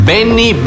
Benny